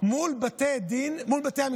מול בתי המשפט,